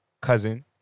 cousin